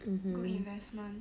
good investment